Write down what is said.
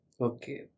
okay